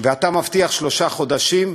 ואתה מבטיח שלושה חודשים,